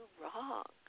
wrong